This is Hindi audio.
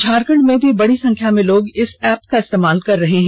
झारखण्ड में भी बड़ी संख्या में लोग इस एप्प का इस्तेमाल कर रहे हैं